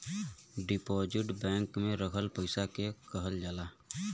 deposit bank में रखल पइसा के कहल जाला